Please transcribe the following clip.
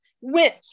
went